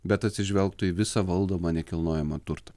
bet atsižvelgtų į visą valdomą nekilnojamą turtą